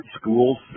schools